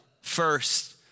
first